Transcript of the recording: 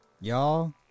y'all